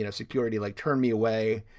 and security, like, turned me away,